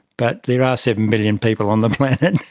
but there are seven billion people on the planet,